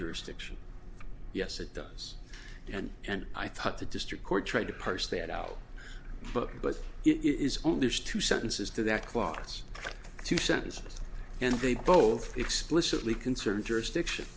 jurisdiction yes it does and and i thought the district court tried to parse that out book but it is only two sentences to that clause two sentences and they both explicitly concerned jurisdiction